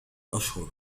أشهر